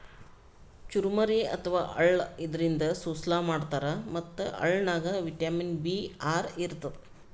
ಚುರಮುರಿ ಅಥವಾ ಅಳ್ಳ ಇದರಿಂದ ಸುಸ್ಲಾ ಮಾಡ್ತಾರ್ ಮತ್ತ್ ಅಳ್ಳನಾಗ್ ವಿಟಮಿನ್ ಬಿ ಆರ್ ಇರ್ತದ್